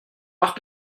par